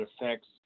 affects